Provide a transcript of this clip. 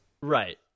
Right